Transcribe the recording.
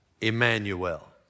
Emmanuel